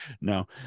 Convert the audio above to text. no